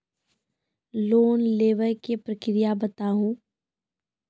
Loan लेवे के प्रक्रिया बताहू?